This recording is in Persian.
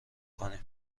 کنیم